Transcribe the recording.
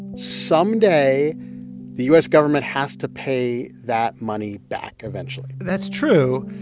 someday the u s. government has to pay that money back eventually that's true.